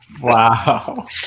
wow